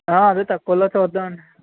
అదే తక్కువులో చూద్దామండి